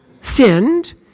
sinned